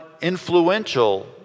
influential